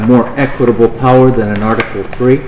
more equitable power than our gree